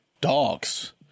dogs